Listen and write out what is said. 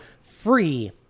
free